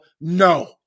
No